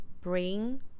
bring